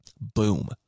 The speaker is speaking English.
Boom